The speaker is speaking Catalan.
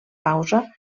pausa